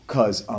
Cause